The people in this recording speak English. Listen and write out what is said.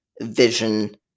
vision